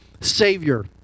Savior